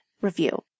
review